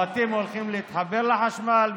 הבתים הולכים להתחבר לחשמל,